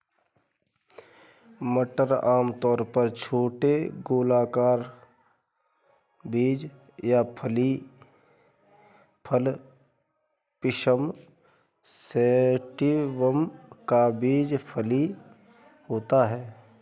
मटर आमतौर पर छोटे गोलाकार बीज या फली फल पिसम सैटिवम का बीज फली होता है